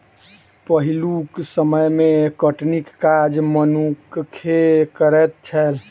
पहिलुक समय मे कटनीक काज मनुक्खे करैत छलै